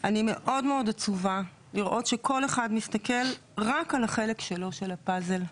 אני מאוד מאוד עצובה לראות שכל אחד מסתכל רק על החלק שלו של הפאזל .